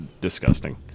disgusting